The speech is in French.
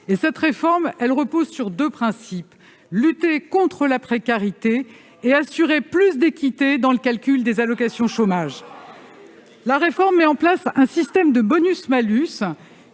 Cette réforme repose sur deux principes : lutter contre la précarité et assurer plus d'équité dans le calcul des allocations chômage. La réforme met en place un système de bonus-malus